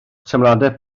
teimladau